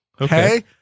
Okay